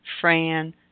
Fran